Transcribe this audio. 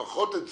לפחות את זה,